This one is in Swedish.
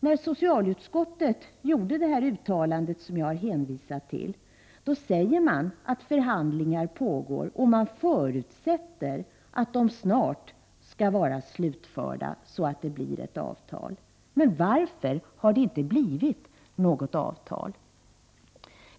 När socialutskottet gjorde det uttalande som jag har hänvisat till noterade man att förhandlingar pågick och förutsatte att de snart skulle vara slutförda så att det skulle bli ett avtal. Varför har det inte blivit något avtal?